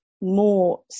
more